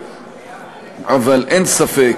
אבל אין ספק